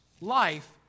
life